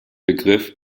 begriff